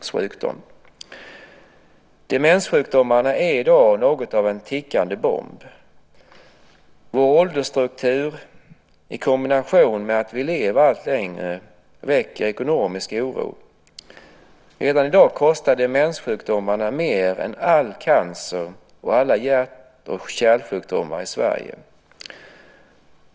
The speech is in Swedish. Demenssjukdomarna är i dag något av en tickande bomb. Vår åldersstruktur i kombination med att vi lever allt längre väcker ekonomisk oro. Redan i dag kostar demenssjukdomarna mer än all cancer och alla hjärt-kärl-sjukdomar i Sverige.